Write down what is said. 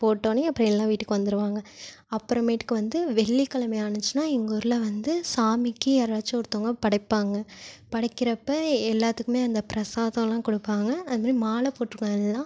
போட்டோன்னே அப்புறம் எல்லாம் வீட்டுக்கு வந்துருவாங்க அப்புறமேட்டுக்கு வந்து வெள்ளிக்கிழமை ஆச்சுன்னா எங்கூரில் வந்து சாமிக்கு யாராச்சும் ஒருத்தவங்க படைப்பாங்க படைக்கிறப்ப எல்லாத்துக்குமே அந்த பிரசாதமெலாம் கொடுப்பாங்க அதுமாதிரி மாலை போட்டுருக்கவங்க எல்லாம்